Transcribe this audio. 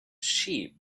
sheep